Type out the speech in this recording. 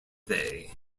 they